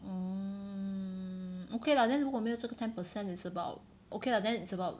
mm okay lah then 如果没有这个 ten percent is about okay lah then it's about